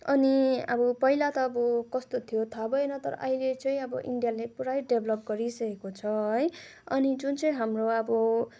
अनि अब पहिला त अब कस्तो थियो थाहा भएन तर अहिले चाहिँ अब इन्डियाले पुरै डेभ्लोप गरिसकेको छ है अनि जुन चाहिँअ हाम्रो अब